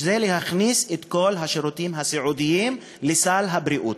להכניס את כל השירותים הסיעודיים לסל הבריאות.